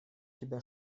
тебя